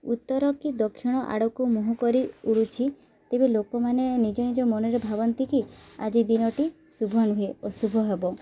ଉତ୍ତର କି ଦକ୍ଷିଣ ଆଡ଼କୁ ମୁହଁ କରି ଉଡ଼ୁଛି ତେବେ ଲୋକମାନେ ନିଜ ନିଜ ମନରେ ଭାବନ୍ତି କିି ଆଜି ଦିନଟି ଶୁଭ ନୁହେଁ ଓ ଶୁଭ ହେବ